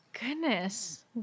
goodness